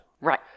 right